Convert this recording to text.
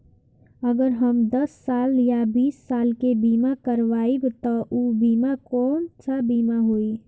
अगर हम दस साल या बिस साल के बिमा करबइम त ऊ बिमा कौन सा बिमा होई?